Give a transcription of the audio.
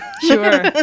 Sure